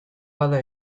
bada